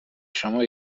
شما